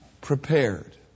prepared